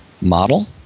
model